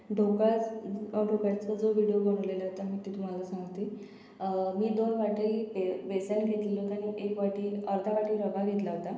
ढोकळाच ढोकळ्याचा जो विडिओ बनवलेला होता मी ते तुम्हाला सांगते मी दोन वाटी बे बेसन घेतलेलं होतं आणि एक वाटी अर्धा वाटी रवा घेतला होता